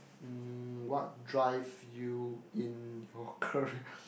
mm what drive you in your career